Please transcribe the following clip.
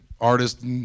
artist